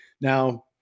Now